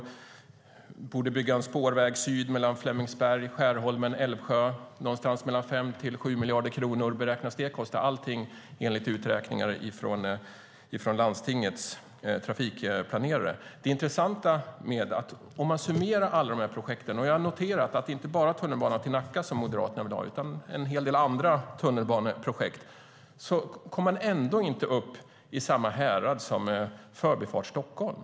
Vi borde bygga Spårväg syd mellan Flemingsberg, Skärholmen och Älvsjö. Det beräknas kosta någonstans mellan 5 och 7 miljarder kronor. Allting är enligt uträkningar från landstingets trafikplanerare. Jag noterar att det inte bara är tunnelbana till Nacka som Moderaterna vill ha utan en hel del andra tunnelbaneprojekt. Om man summerar alla projekten kommer man ändå inte upp i samma härad som för Förbifart Stockholm.